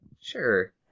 Sure